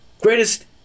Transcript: Greatest